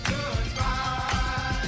Goodbye